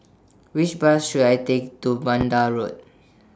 Which Bus should I Take to Vanda Road